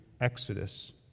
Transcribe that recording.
exodus